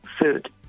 food